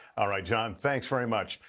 ah right, john, thanks very much.